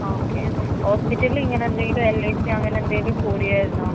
okay ഹോസ്പിറ്റലിൽ ഇങ്ങനെ എന്തെങ്കിലും എൽ ഐ സി അങ്ങനെ എന്തെങ്കിലും കൂടിയായിരുന്നോ